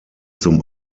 zum